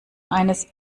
eines